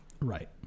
Right